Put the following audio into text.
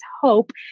hope